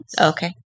Okay